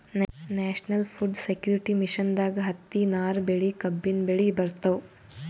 national food security ಮಿಷನ್ದಾಗ್ ಹತ್ತಿ, ನಾರ್ ಬೆಳಿ, ಕಬ್ಬಿನ್ ಬೆಳಿ ಬರ್ತವ್